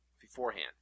beforehand